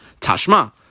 Tashma